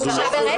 אז הוא לא